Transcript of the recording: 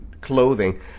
clothing